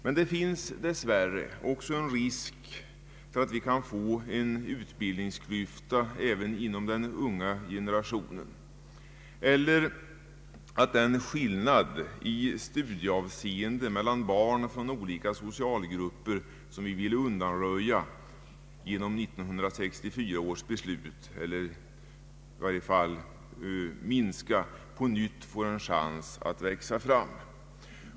Men det finns dess värre också risk för att vi kan få en utbildningsklyfta även inom den unga generationen, eller att den skillnad i studieavseende mellan barn från olika socialgrupper, som vi vill undanröja eller i varje fall minska genom 1964 års beslut, på nytt får en chans att växa fram.